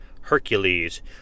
Hercules